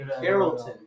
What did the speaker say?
Carrollton